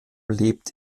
lebt